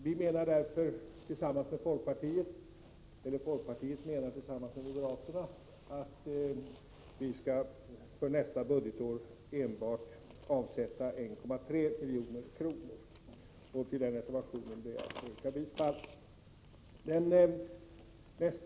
Folkpartiet tillsammans med moderaterna menar därför att vi för nästa budgetår skall avsätta endast 1,3 milj.kr. Jag ber att få yrka bifall till den reservationen.